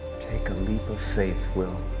take a leap of faith, will.